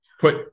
put